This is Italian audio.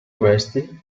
questi